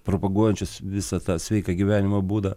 propaguojančius visą tą sveiką gyvenimo būdą